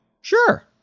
Sure